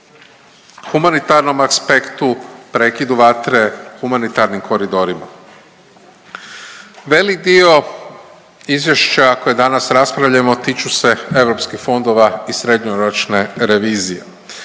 humanitarnom aspektu, prekidu vatre humanitarnim koridorima. Velik dio Izvješća koje danas raspravljamo tiču se EU fondova i srednjoročne revizije.